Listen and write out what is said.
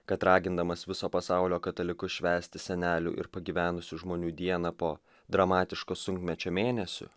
kad ragindamas viso pasaulio katalikus švęsti senelių ir pagyvenusių žmonių dieną po dramatiško sunkmečio mėnesių